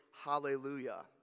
hallelujah